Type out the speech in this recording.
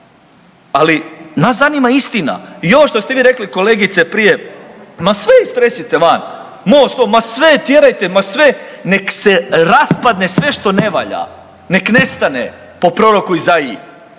ali nas zanima istina i ovo što ste vi rekli kolegice prije, ma sve istresite van, MOST, ma sve tjerajte, ma sve, nek se raspadne sve što ne valja, nek nestane po proroku Izaiji,